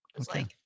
Okay